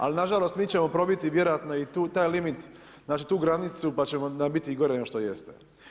Ali nažalost, mi ćemo probiti vjerojatno i taj limit, znači tu granicu, pa ćemo biti gore nego što jeste.